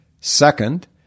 Second